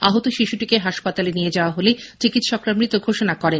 আহত শিশুটিকে হাসপাতালে নিয়ে যাওয়া হলে চিকিৎসকরা তাকে মৃত ঘোষণা করেন